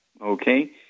Okay